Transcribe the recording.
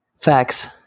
Facts